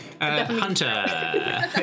Hunter